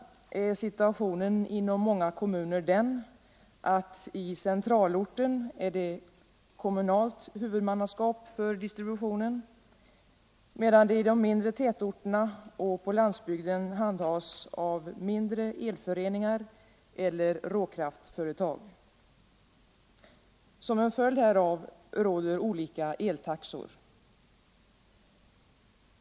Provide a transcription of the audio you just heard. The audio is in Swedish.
strukturförsituationen inom många kommuner den, att i centralorten är det kom = ändringen inom munalt huvudmannaskap för distributionen medan denna i de mindre = eldistributionen tätorterna och på landsbygden handhas av mindre elföreningar eller råkraftföretag. Som en följd härav råder olika eltaxor.